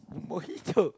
mojito